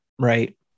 right